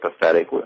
pathetic